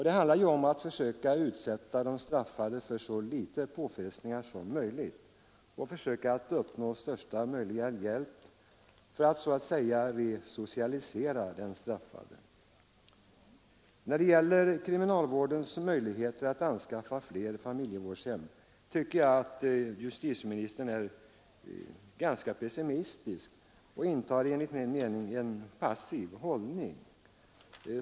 Det handlar ju om att försöka utsätta den straffade för så litet påfrestningar som möjligt och försöka uppnå största möjliga hjälp för att så att säga resocialisera den straffade. När det gäller kriminalvårdens möjligheter att anskaffa fler familjevårdshem tycker jag att justitieministern är ganska pessimistisk och intar en enligt min mening passiv hållning.